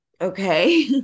okay